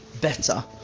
better